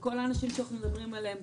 כל האנשים שאנחנו מדברים עליהם,